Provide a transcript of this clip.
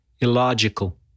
illogical